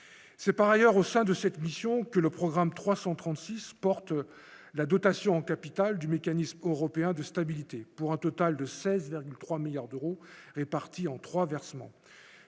s'est par ailleurs au sein de cette mission que le programme 336 porte la dotation en capital du mécanisme européen de stabilité pour un total de 16,3 milliards d'euros répartis en 3 versements